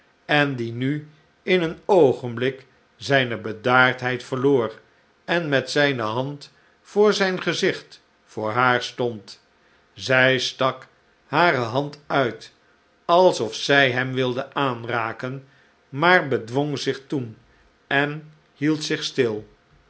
en die nu in een oogenblik zijne bedaardheid verloor en met zijne hand voor zijn gezicht voor haar stond zij stak hare hand uit alsof zij hem wilde aanraken maar bedwong zich toen en hield zich stil